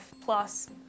Plus